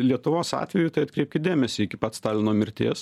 lietuvos atveju tai atkreipkit dėmesį iki pat stalino mirties